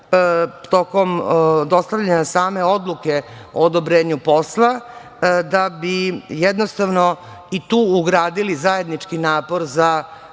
tokom dostavljanja same odluke o odobrenju posla da bi jednostavno i tu ugradili zajednički napor za